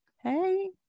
Hey